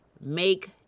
make